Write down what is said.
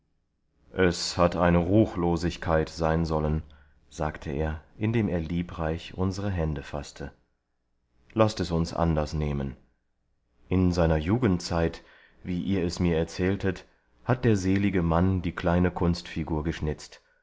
es hat eine ruchlosigkeit sein sollen sagte er indem er liebreich unsere hände faßte laßt uns es anders nehmen in seiner jugendzeit wie ihr es mir erzähltet hat der selige mann die kleine kunstfigur geschnitzt